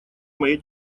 моей